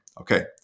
Okay